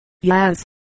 Yes